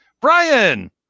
Brian